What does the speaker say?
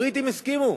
הבריטים הסכימו,